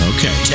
Okay